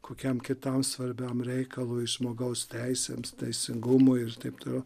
kokiam kitam svarbiam reikalui žmogaus teisėms teisingumo ir taip toliau